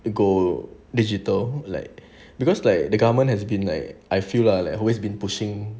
they go digital like because like the government has been like I feel lah like always been pushing